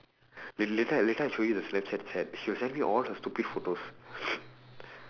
la~ later later I show you the snapchat chat she will send me all her stupid photos